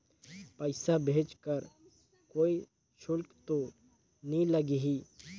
पइसा भेज कर कोई शुल्क तो नी लगही?